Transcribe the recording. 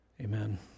amen